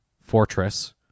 Fortress